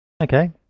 Okay